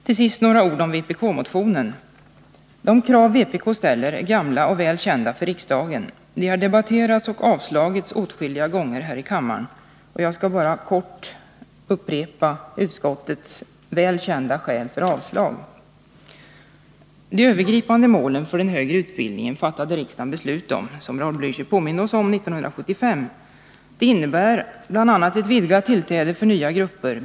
Till sist några ord om vpk-motionen. De krav vpk ställer är gamla och väl kända för riksdagen. De har debatterats och avslagits åtskilliga gånger här i kammaren. Jag skall bara kort upprepa utskottets väl kända skäl för avslag även i år. De övergripande målen för den högre utbildningen fattade riksdagen beslut om — som Raul Blächer påminde oss om — 1975. De innebär bl.a. vidgat tillträde för nya grupper.